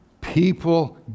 people